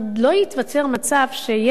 לא ייווצר מצב שילד,